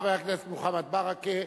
חבר הכנסת מוחמד ברכה,